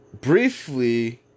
Briefly